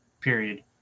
period